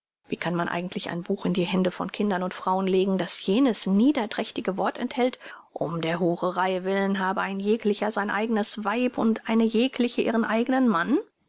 wie kann man eigentlich ein buch in die hände von kindern und frauen legen das jenes niederträchtige wort enthält um der hurerei willen habe ein jeglicher sein eignes weib und eine jegliche ihren eignen mann